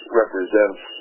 represents